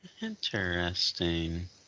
Interesting